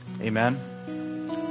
Amen